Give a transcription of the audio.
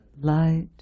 light